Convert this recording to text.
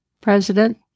president